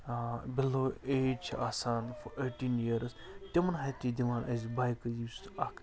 below age چھِ آسان for eighteen years تِمَن ہَتہِ تہِ دِوان أسۍ بایکہٕ یُس اَکھ